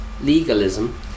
legalism